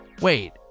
wait